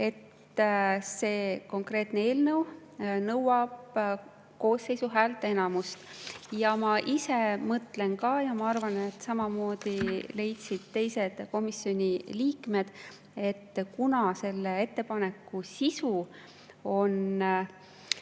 et see konkreetne eelnõu nõuab [vastuvõtmiseks] koosseisu häälteenamust. Ma ise mõtlen ka seda ja ma arvan, et samamoodi leidsid teised komisjoni liikmed, et kuna selle ettepaneku sisu on